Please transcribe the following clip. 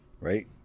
right